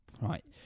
Right